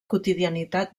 quotidianitat